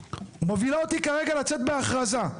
מובילה אותי כרגע לצאת בהכרזה.